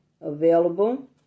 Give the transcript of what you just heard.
available